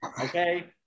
Okay